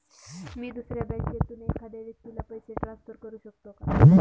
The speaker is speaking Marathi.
मी दुसऱ्या बँकेतून एखाद्या व्यक्ती ला पैसे ट्रान्सफर करु शकतो का?